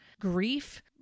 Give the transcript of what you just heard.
grief